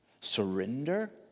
surrender